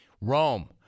Rome